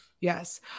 yes